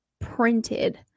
printed